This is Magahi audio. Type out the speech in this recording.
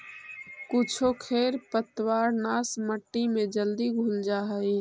कुछो खेर पतवारनाश मट्टी में जल्दी घुल जा हई